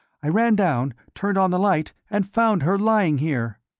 i ran down, turned on the light, and found her lying here.